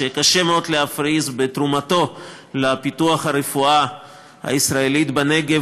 שקשה מאוד להפריז בתרומתו לפיתוח הרפואה הישראלית בנגב,